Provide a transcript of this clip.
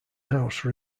house